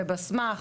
בבסמ"ח,